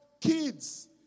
kids